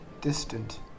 distant